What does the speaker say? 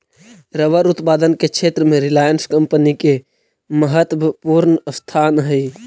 rubber उत्पादन के क्षेत्र में रिलायंस कम्पनी के महत्त्वपूर्ण स्थान हई